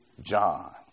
John